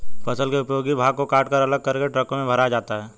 फसल के उपयोगी भाग को कटकर अलग करके ट्रकों में भरा जाता है